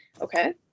Okay